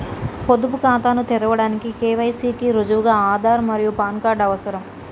పొదుపు ఖాతాను తెరవడానికి కే.వై.సి కి రుజువుగా ఆధార్ మరియు పాన్ కార్డ్ అవసరం